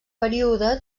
període